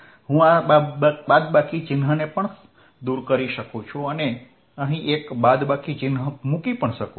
હું આ બાદબાકી ચિહ્નને પણ દૂર કરી શકું છું અને અહીં એક બાદબાકી ચિહ્ન મૂકી શકું છું